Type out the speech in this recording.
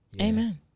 Amen